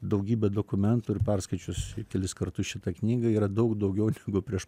daugybę dokumentų ir perskaičius kelis kartus šitą knygą yra daug daugiau negu prieš